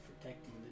protecting